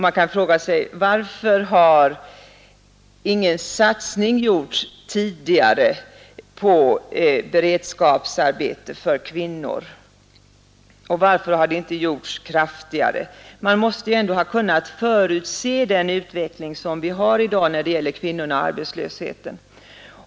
Man kan fråga sig: Varför har ingen satsning gjorts tidigare på beredskapsarbeten för kvinnor? Och varför har det inte gjorts kraftigare? Man måste ändå ha kunnat förutse den utveckling som vi har i dag när det gäller kvinnorna och arbetslösheten.